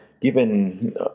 Given